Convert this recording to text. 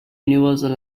universal